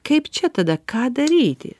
kaip čia tada ką daryti